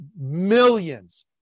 millions